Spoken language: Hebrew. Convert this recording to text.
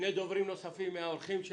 בבקשה.